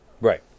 Right